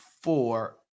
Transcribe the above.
four